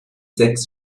sechs